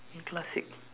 classic